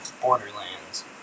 Borderlands